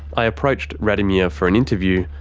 i approached radomir for an interview,